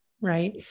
Right